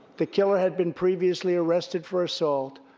the killer had been previously arrested for assault,